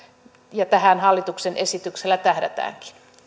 ja tähän hallituksen esityksellä tähdätäänkin